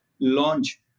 launch